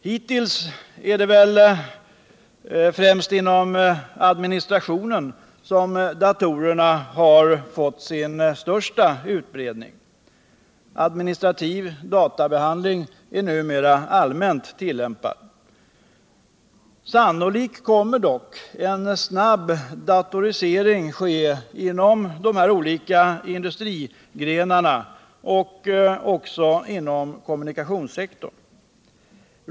Hittills är det väl främst inom administrationen som datorerna har fått sin största utbredning. Administrativ databehandling är numera allmänt tillämpad. Sannolikt kommer dock en snabb datorisering att ske inom de olika industrigrenarna och även inom kommunikationssektorn.